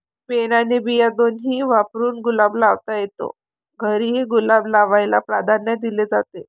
pen आणि बिया दोन्ही वापरून गुलाब लावता येतो, घरीही गुलाब लावायला प्राधान्य दिले जाते